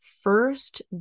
First